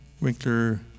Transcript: Winkler